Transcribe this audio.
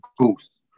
ghost